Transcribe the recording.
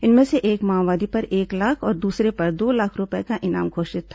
इनमें से एक माओवादी पर एक लाख और दूसरे पर दो लाख रूपये का इनाम घोषित था